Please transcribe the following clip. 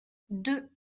deux